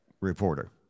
reporter